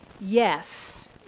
Yes